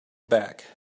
back